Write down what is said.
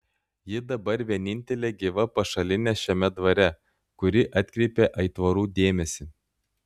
ji dabar vienintelė gyva pašalinė šiame dvare kuri atkreipė aitvarų dėmesį